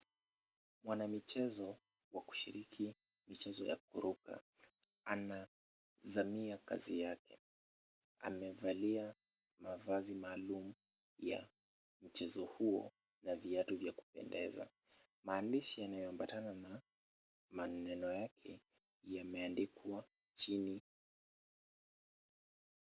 Mwanamichezo wa kushiriki michezo ya kuruka, anazamia kazi yake. Amevalia mavazi maalum ya mchezo huo na viatu vya kupendeza. Maandishi yanayoambatana na maneno yake yameandikwa chini.